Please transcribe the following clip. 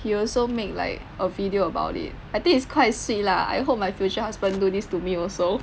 he also make like a video about it I think it's quite sweet lah I hope my future husband do this to me also